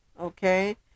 okay